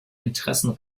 interessen